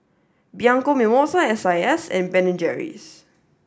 Bianco Mimosa S I S and Ben and Jerry's